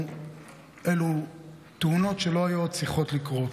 אלו תאונות שלא היו צריכות לקרות.